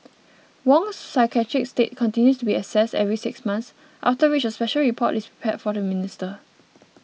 Wong's psychiatric state continues to be assessed every six months after which a special report is prepared for the minister